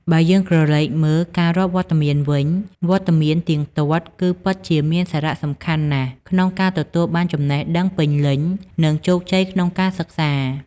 បើយើងក្រឡេកមើល ការរាប់វត្តមានវិញ វត្តមានទៀងទាត់គឺពិតជាមានសារៈសំខាន់ណាស់ក្នុងការទទួលបានចំណេះដឹងពេញលេញ និងជោគជ័យក្នុងការសិក្សា។